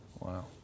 Wow